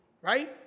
right